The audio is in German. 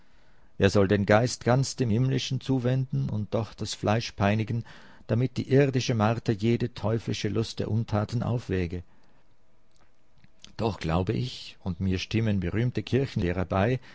er soll den geist ganz dem himmlischen zuwenden und doch das fleisch peinigen damit die irdische marter jede teuflische lust der untaten aufwäge doch glaube ich und mir stimmen berühmte kirchenlehrer